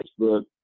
Facebook